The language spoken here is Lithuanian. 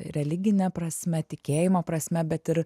religine prasme tikėjimo prasme bet ir